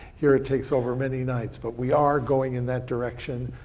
here it takes over many nights. but we are going in that direction.